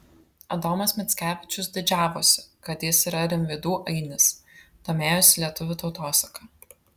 adomas mickevičius didžiavosi kad jis yra rimvydų ainis domėjosi lietuvių tautosaka